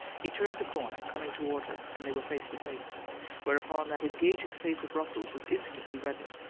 he turned the corner, coming toward her, and they were face to face whereupon that engaging face of russell's was instantly reddened,